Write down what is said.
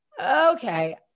Okay